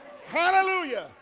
Hallelujah